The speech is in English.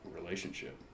relationship